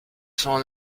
sono